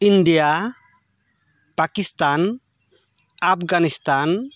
India Pakistan Afghanistan